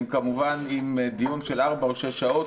עם דיון של 4 או 6 שעות,